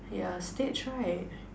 yeah States right